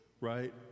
right